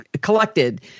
collected